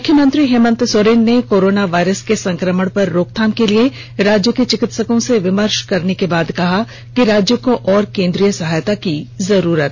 मुख्यमंत्री हेमंत सोरेन ने corona virus के संक्रमण पर रोकथाम के लिए राज्य के चिकित्सकों से विमर्ष करने के बाद कहा कि राज्य को और केंद्रीय सहायता की जरूरत